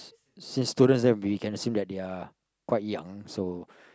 since students then we can assume that they're quite young so